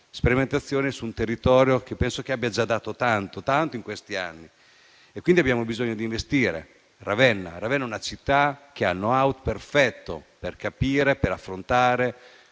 sperimentazione su un territorio che penso abbia già dato tanto in questi anni. Abbiamo bisogno di investire e Ravenna è una città che ha il *know how* perfetto per capire, per affrontare